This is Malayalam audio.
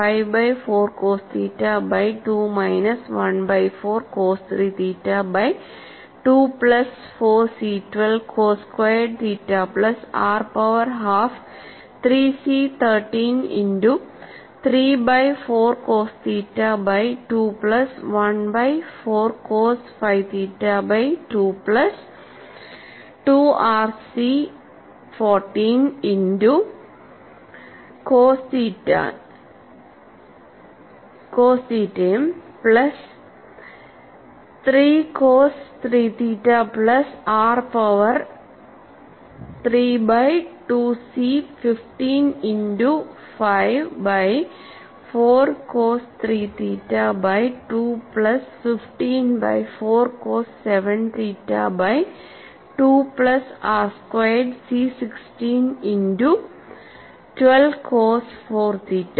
5 by 4 cos theta by 2 minus 1 by 4 cos 3 theta by 2 plus 4 C 12 cos squared theta plus R power half 3 C 13 into 3 by 4 cos theta by 2 plus 1 by 4 cos 5 theta by 2 plus 2 R C 14 into cos തീറ്റയും plus 3 cos 3 theta plus R power 3 by 2 C 15 into 5 by 4 cos 3 theta by two plus 15 by 4 cos 7 theta by 2 plus R squared C 16 into 12 cos 4 theta